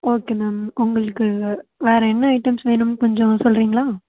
okay ma'am உங்களுக்கு வேறறு என்ன ஐட்டம்ஸ் வேணும் கொஞ்சம் சொல்கிறீங்களா